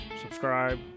subscribe